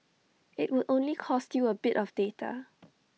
IT would only cost you A bit of data